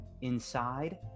Inside